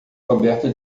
coberta